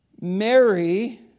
Mary